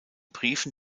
briefen